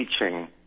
teaching